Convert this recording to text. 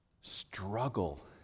struggle